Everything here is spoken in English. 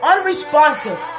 Unresponsive